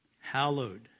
Hallowed